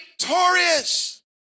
victorious